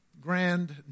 grand